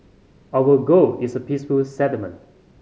our goal is a peaceful settlement